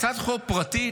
הצעת חוק פרטית,